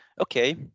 okay